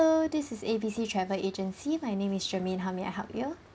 ~o this is A B C travel agency my name is germane how may I help you